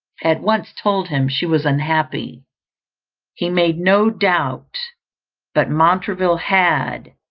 at once told him she was unhappy he made no doubt but montraville had,